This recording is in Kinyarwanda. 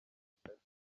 gisirikare